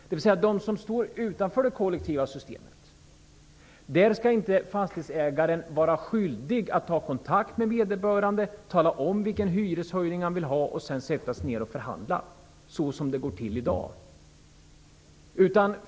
Fastighetsägaren skall alltså inte, som det går till i dag, vara skyldig att ta kontakt med dem som står utanför det kollektiva systemet för att tala om vilken hyreshöjning han vill ta ut och därefter förhandla.